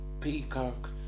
peacock